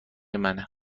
منه